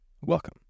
Welcome